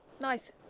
nice